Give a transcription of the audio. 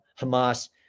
Hamas